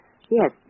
Yes